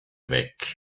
weg